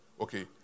Okay